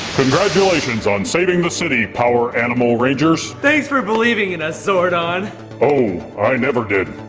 congratulations on saving the city, power animal rangers. thanks for believing in us, zordon. oh, i never did.